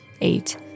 Eight